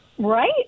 Right